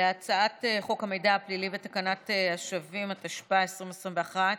להצעת חוק המידע הפלילי ותקנת השבים, התשפ"א 2021,